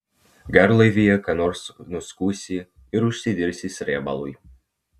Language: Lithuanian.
garlaivyje ką nors nuskusi ir užsidirbsi srėbalui